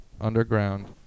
underground